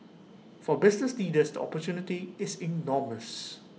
for business leaders the opportunity is enormous